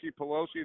Pelosi